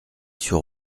sur